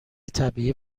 طبیعی